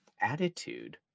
attitude